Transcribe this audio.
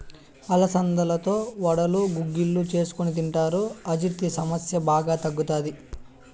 అలసందలతో వడలు, గుగ్గిళ్ళు చేసుకొని తింటారు, అజీర్తి సమస్య బాగా తగ్గుతాది